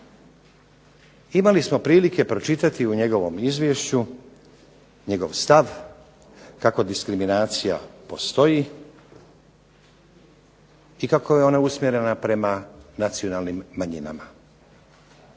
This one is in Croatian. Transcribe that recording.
Imali smo prilike pročitati u njegovom izvješću, njegov stav kako diskriminacija postoji i kako je ona usmjerena prema nadnacionalnim manjinama.